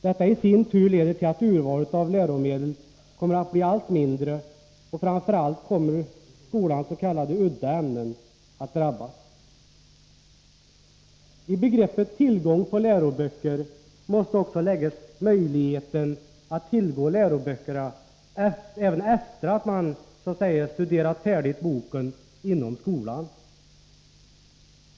Detta i sin tur leder till att urvalet av läromedel kommer att bli allt mindre, och framför allt kommer skolans s.k. udda ämnen att drabbas. I begreppet tillgång på läroböcker måste man också lägga möjligheten att tillgå läroböckerna även efter det att eleverna studerat färdigt dem inom skolan.